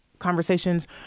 conversations